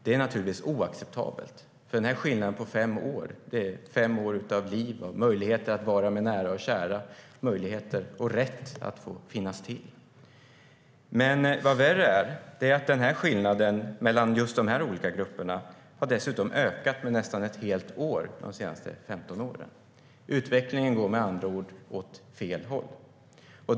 Det är naturligtvis oacceptabelt. Denna skillnad på fem år är fem år av liv och möjlighet att vara med nära och kära och möjlighet och rätt att få finnas till. Men vad som är värre är att denna skillnad mellan just dessa olika grupper dessutom har ökat med nästan ett helt år under de senaste 15 åren. Utvecklingen går med andra ord åt fel håll.